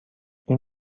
این